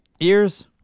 ears